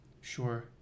Sure